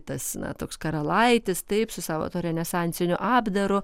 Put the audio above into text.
tas na toks karalaitis taip su savo renesansiniu apdaru